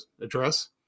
address